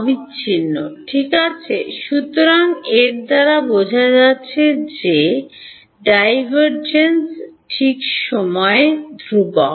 অবিচ্ছিন্ন ঠিক আছে সুতরাং এর দ্বারা বোঝা যাচ্ছে যে ডি ডাইভারজেনশন ঠিক সময়ে ধ্রুবক